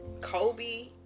Kobe